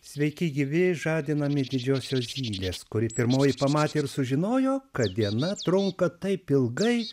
sveiki gyvi žadinami didžiosios zylės kuri pirmoji pamatė ir sužinojo kad diena trunka taip ilgai